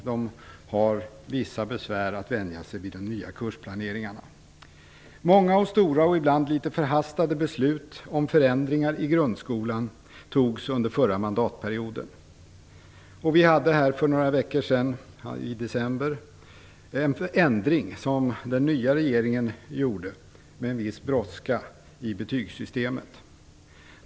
De har vissa besvär att vänja sig vid de nya kursplaneringarna. Många och stora och ibland litet förhastade beslut om förändringar i grundskolan togs under förra mandatperioden. Den nya regeringen gjorde för några veckor sedan - i december - med viss brådska en ändring i betygssystemet.